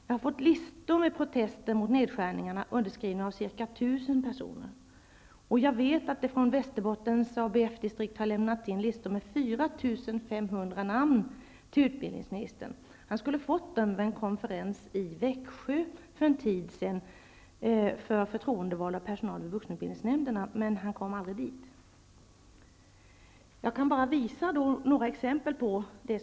Jag har fått listor med protester mot nedskärningarna, vilka är underskrivna av ca 1 000 personer. Jag vet också att det från Västerbottens ABF-distrikt har lämnats in listor med 4 500 namn till utbildningsministern. Han skulle ha fått dem vid en konferens i Växjö för förtroendevalda i personal och vuxenutbildningsnämnderna för en tid sedan, men han kom aldrig dit.